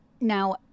now